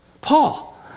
Paul